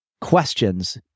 questions